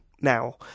now